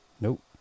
nope